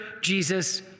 Jesus